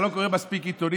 אתה לא קורא מספיק עיתונים,